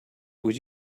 would